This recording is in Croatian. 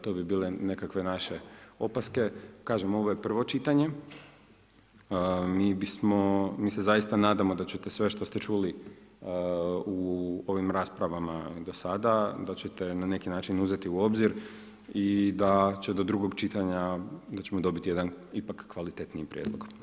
To bi bile nekakve naše opaske, kažem ovo je prvo čitanje, mi se zaista nadamo da ćete sve što ste čuli u ovim raspravama do sada, da ćete na neki način uzeti u obzir i da će do drugog čitanja, da ćemo dobiti jedan ipak kvalitetniji prijedlog.